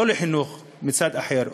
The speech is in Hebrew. לא לחינוך מצד אחר,